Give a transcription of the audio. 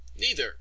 Neither